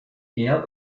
eher